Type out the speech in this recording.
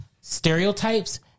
stereotypes